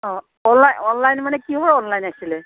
অঁ online online মানে কিহৰ অনলাইন আছিলে